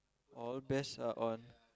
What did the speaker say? all the best are on